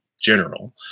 general